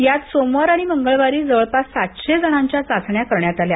यात सोमवार आणि मंगळवारी जवळपास सातशे जणांच्या चाचण्या करण्यात आल्या